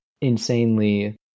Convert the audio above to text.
insanely